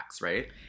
right